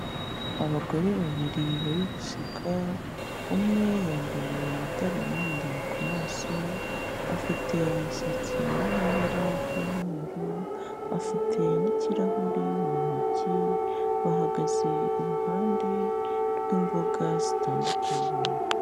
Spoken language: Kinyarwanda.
Abagore babiri bari guseka umwe yambaye amadarubindi ku maso, afite umusatsi wo mu ibara ry'umweru, afite n'ikirahure mu ntoki, bahagaze iruhande rw'imboga zitandukanye.